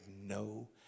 no